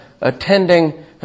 attending